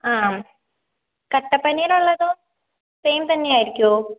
ആ കട്ടപ്പനയിൽ ഉള്ളതോ സെയിം തന്നെ ആയിരിക്കുമോ